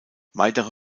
weitere